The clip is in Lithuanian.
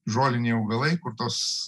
žoliniai augalai kur tos